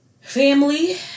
Family